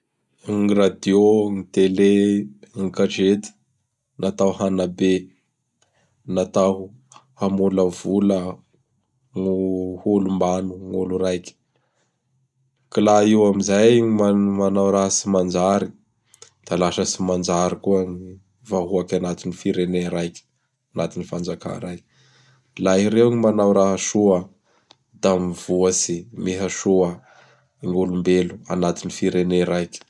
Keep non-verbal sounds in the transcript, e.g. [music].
Gny n radio, gny tele, gny gazety, [noise] natao hanabe. Natao hamolavola ho olombagno gn' olo raiky. K laha io amizay man m-manao raha tsy manjary. Da lasa tsy manjary koa gny vahoaky agnatin' ny firenea raiky, agnatin' ny fanjakà raiky. Laha ireo gny manao raha soa; da mivoatsy, mihasoa [noise] gn' olombelo anatin'ny firenea raiky.